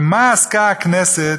במה עסקה הכנסת